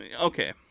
Okay